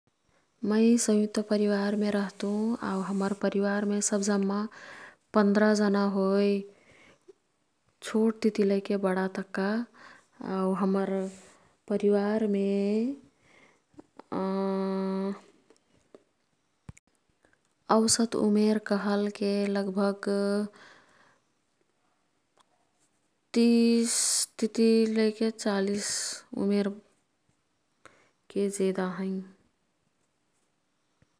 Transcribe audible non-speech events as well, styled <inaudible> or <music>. मैं संयुक्त परिवारमे रहतुं। आऊ हम्मर परिवारमे सब जम्मा पन्द्रा जना होई, छोटतिती लैके बडा तक्का। आऊ हम्मर परिवारमे <hesitation> औसत उमेर कहलके लगभग तिस तिती लैके चालिस उमेरके जेदा हैं।